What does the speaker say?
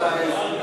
על העזים